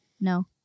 No